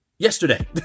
Yesterday